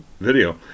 video